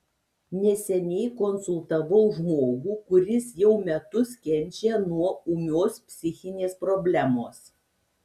neseniai konsultavau žmogų kuris jau metus kenčia nuo ūmios psichinės problemos